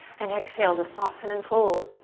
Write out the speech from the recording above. and exhale to soften and fold.